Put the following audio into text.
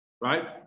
right